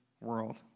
world